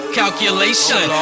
calculation